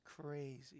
crazy